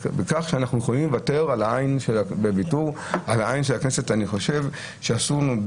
בוויתור על העין של הכנסת אני חושב שאסור לנו,